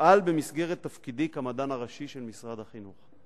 אפעל במסגרת תפקידי כמדען הראשי של משרד החינוך".